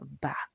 back